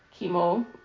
chemo